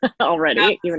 already